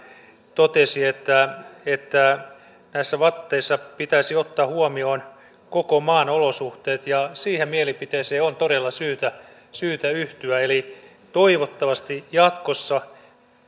totesi että että näissä vateissa pitäisi ottaa huomioon koko maan olosuhteet siihen mielipiteeseen on todella syytä syytä yhtyä eli toivottavasti jatkossa